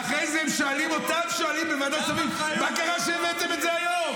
ואחרי זה הם שואלים בוועדת שרים: מה קרה שהבאתם את זה היום?